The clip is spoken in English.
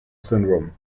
syndrome